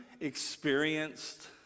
experienced